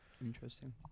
Interesting